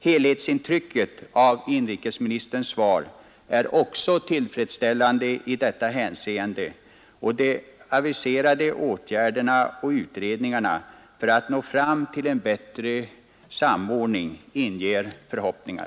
Helhetsintrycket av inrikesministerns svar är också tillfredsställande i 61 detta hänseende, och de aviserade åtgärderna och utredningarna för att nå fram till en bättre samordning inger förhoppningar.